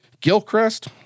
Gilcrest